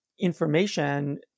information